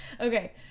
Okay